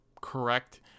correct